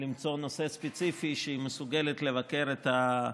למצוא נושא ספציפי שהיא מסוגלת לבקר לגביו